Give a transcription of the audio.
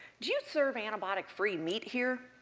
do you serve antibiotic-free meat here?